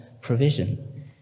provision